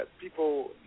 people